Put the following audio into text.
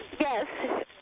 Yes